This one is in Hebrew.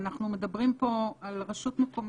שאנחנו מדברים פה על רשות מקומית,